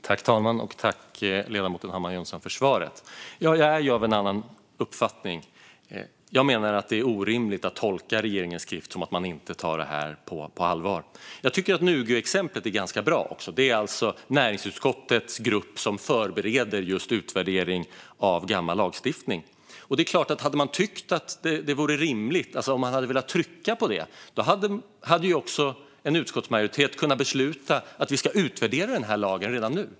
Fru talman! Tack för svaret, ledamoten Hammar Johnsson! Jag är ju av en annan uppfattning. Jag menar att det är orimligt att tolka regeringens skrift som att den inte tar det här på allvar. Jag tycker att exemplet med näringsutskottets grupp som förbereder utvärdering av gammal lagstiftning är bra. Hade man tyckt att detta vore rimligt, alltså om man hade velat trycka på det, hade en utskottsmajoritet kunnat besluta att vi ska utvärdera den här lagen redan nu.